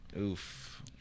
Oof